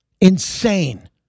Insane